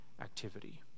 activity